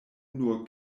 nur